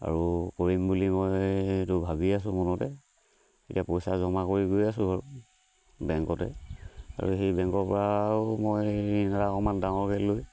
আৰু কৰিম বুলি মই এইটো ভাবি আছোঁ মনতে এতিয়া পইচা জমা কৰি গৈ আছোঁ আৰু বেংকতে আৰু সেই বেংকৰ পৰাও মই ঋণ অকণমান ডাঙৰকৈ লৈ